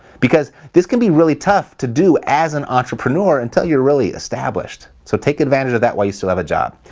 because, this can be really tough to do as an entrepreneur until you're really established. so take advantage of that while you still have a job.